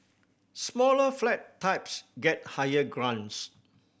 smaller flat types get higher grants